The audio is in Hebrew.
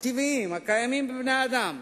הטבעיים בין בני-אדם,